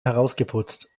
herausgeputzt